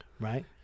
Right